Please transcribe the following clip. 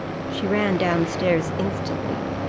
she ran down stairs instantly.